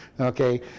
Okay